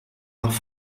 nach